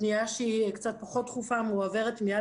פנייה שהיא קצת פחות דחופה מועברת מיד